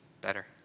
better